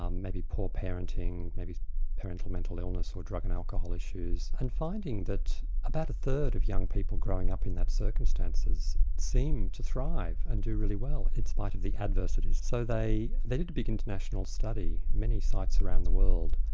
um maybe poor parenting, maybe parental mental illness or drug and alcohol issues, and finding that about a third of young people growing up in that circumstances seem to thrive and do really well in spite of the adversities. so they they did a big international study, many sites around the world,